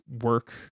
work